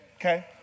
Okay